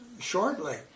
shortly